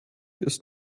ist